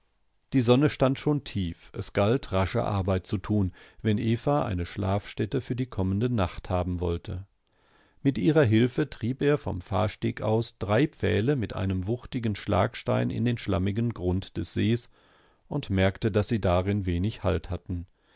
die sonne stand schon tief es galt rasche arbeit zu tun wenn eva eine schlafstätte für die kommende nacht haben sollte mit ihrer hilfe trieb er vom fahrsteg aus drei pfähle mit einem wuchtigen schlagstein in den schlammigen grund des sees und merkte daß sie darin wenig halt hatten